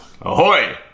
Ahoy